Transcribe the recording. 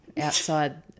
outside